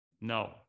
no